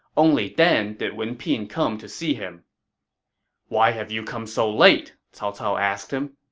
only then did wen pin come to see him why have you come so late? cao cao asked him